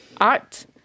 art